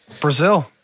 brazil